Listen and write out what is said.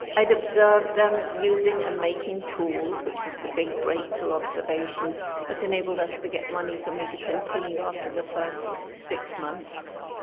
i'd observed them using and making tools which was the big break-through observation that enabled us to get money for me to continue after the first six months.